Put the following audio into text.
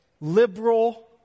liberal